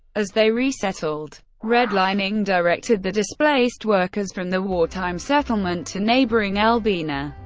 as they resettled, redlining directed the displaced workers from the wartime settlement to neighboring albina.